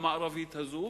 המערבית הזאת,